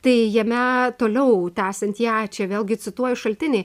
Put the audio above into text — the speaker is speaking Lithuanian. tai jame toliau tęsiant ją čia vėlgi cituoju šaltinį